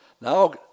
Now